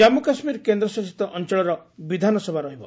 ଜାମ୍ମୁ କାଶ୍ମୀର କେନ୍ଦ୍ରଶାସିତ ଅଞ୍ଚଳର ବିଧାନସଭା ରହିବ